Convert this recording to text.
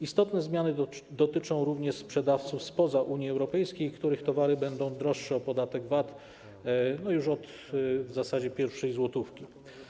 Istotne zmiany dotyczą również sprzedawców spoza Unii Europejskiej, których towary będą droższe o podatek VAT, w zasadzie już od pierwszej złotówki.